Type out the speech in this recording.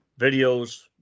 videos